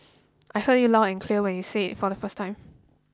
I heard you loud and clear when you said it for the first time